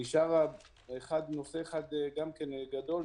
נשאר נושא אחד גם כן גדול,